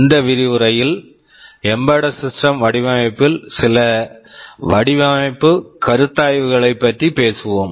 இந்த விரிவுரையில் embedded system Embedded Systems வடிவமைப்பில் சில வடிவமைப்பு கருத்தாய்வுகளைப் பற்றி பேசுவோம்